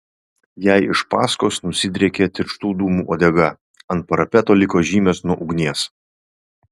jai iš paskos nusidriekė tirštų dūmų uodega ant parapeto liko žymės nuo ugnies